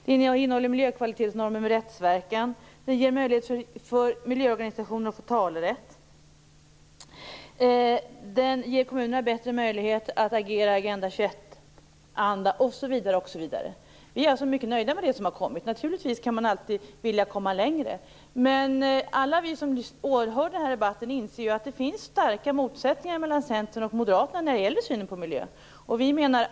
Den innehåller dessutom miljökvalitetsnormer med rättsverkan och den ger möjlighet för miljöorganisationer att få talerätt. Den ger också kommunerna bättre möjlighet att agera i Agenda 21-anda osv. Vi miljöpartister är alltså mycket nöjda med det som har kommit. Naturligtvis kan man alltid vilja komma längre, men alla vi som åhör den här debatten inser att det finns starka motsättningar mellan Centern och Moderaterna i synen på miljön.